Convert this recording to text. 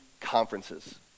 Conferences